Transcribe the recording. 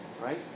Right